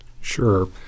Sure